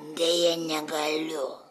deja negaliu